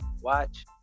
watch